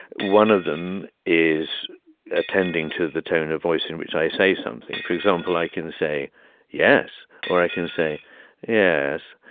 one of them is attending to the tone of voice in which i say something. for example, i can say yes, or i can say yes.